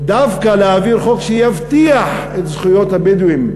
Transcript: דווקא להעביר חוק שיבטיח את זכויות הבדואים